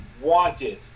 wanted